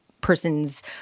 person's